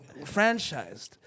franchised